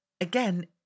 again